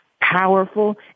powerful